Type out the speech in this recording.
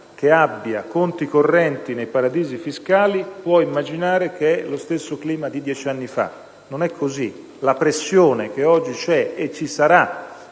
che abbia conti correnti nei paradisi fiscali può immaginare che vi sia lo stesso clima di dieci anni fa, non è così: la pressione che oggi c'è e ci sarà